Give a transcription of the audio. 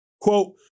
Quote